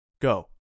Go